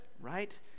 right